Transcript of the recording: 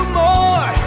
more